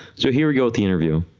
so here we go with the interview.